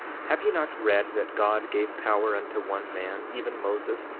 have ye not read that god gave power unto one man, even moses,